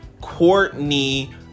Courtney-